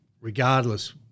regardless